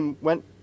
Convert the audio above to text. went